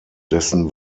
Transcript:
dessen